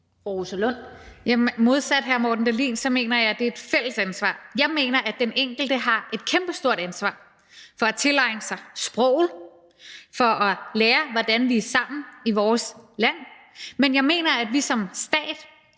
Jamen modsat hr. Morten Dahlin mener jeg, at det er et fælles ansvar. Jeg mener, at den enkelte har et kæmpestort ansvar for at tilegne sig sproget og for at lære, hvordan vi er sammen i vores land. Men jeg mener, at vi som stat